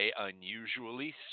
unusually